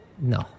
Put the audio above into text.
No